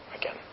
again